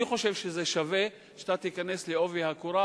אני חושב שזה שווה שתיכנס בעובי הקורה,